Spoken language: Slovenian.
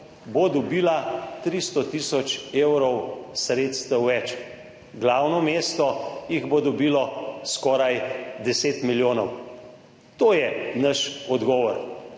bo dobila 300 tisoč evrov sredstev več, glavno mesto jih bo dobilo skoraj 10 milijonov. To je naš odgovor,